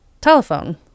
telephone